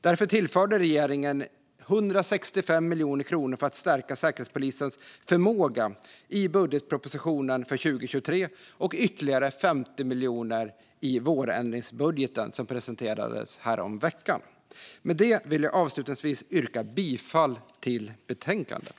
Därför tillförde regeringen 165 miljoner kronor för att stärka Säkerhetspolisens förmåga i budgetpropositionen för 2023 och ytterligare 50 miljoner i den vårändringsbudget som presenterades häromveckan. Med detta vill jag avslutningsvis yrka bifall till förslaget i betänkandet.